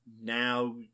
now